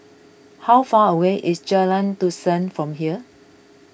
how far away is Jalan Dusun from here